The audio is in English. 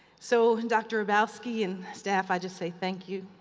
so, dr. hrabowski and staff, i just say thank you,